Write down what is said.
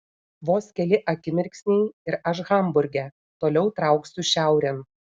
vos keli akimirksniai ir aš hamburge toliau trauksiu šiaurėn